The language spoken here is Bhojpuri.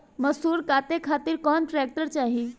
मैसूर काटे खातिर कौन ट्रैक्टर चाहीं?